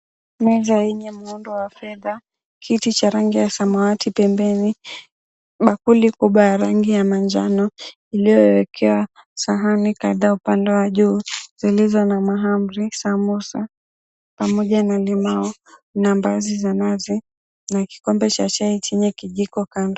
Meza yenye muundo wa fedha, kiti cha rangi ya samawati pembeni, bakuli kubwa ya rangi ya manjano iliyowekewa sahani kadhaa upande wa juu zilizo na mahamri, samosa pamoja na limau na mbaazi za nazi na kikombe chai chenye kijiko kando.